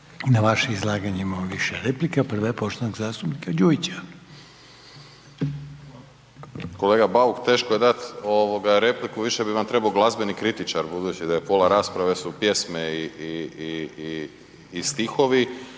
Na vaše izlaganje imamo više replika. Prva je poštovanog zastupnika Đujića. **Đujić, Saša (SDP)** Kolega Bauk, teško je dati repliku, više bi vam trebao glazbeni kritičar, budući da je pola rasprave su pjesme i stihovi,